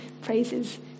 praises